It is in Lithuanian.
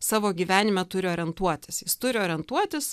savo gyvenime turi orientuotis jis turi orientuotis